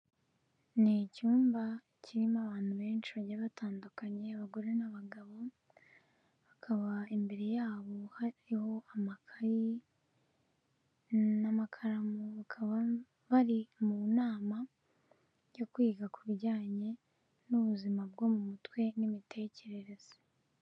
N'icyumba kirimo abantu benshi bagiye batandukanye abagore n'abagabokaba, haka imbere yabo hariho amakayi n'amakaramu bakaba bari mu nama yo kwiga ku bijyanye n'ubuzima bwo mu mutwe n'imitekerereze.